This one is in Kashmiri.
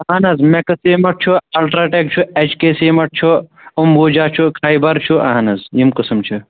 اَہَن حظ میٚکٕس سیٖمینٛٹ چھُ اَلٹرٛا ٹیٚک چھُ ایٚچ کے سیٖمینٛٹ چھُ اومبوٗجا چھُ خیٚبر چھُ اَہَن حظ یِم قٕسم چھِ